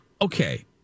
Okay